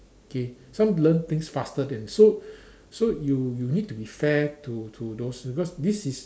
K some learn things faster than so so you you need to be fair to to those because this is